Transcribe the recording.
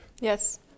Yes